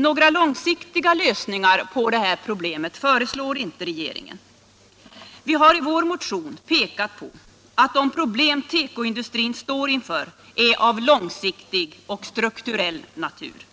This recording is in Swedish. Några långsiktiga lösningar på problemen föreslår regeringen dock inte. Vi har i vår motion pekat på att de problem som tekoindustrin står inför är av långsiktig och strukturell natur.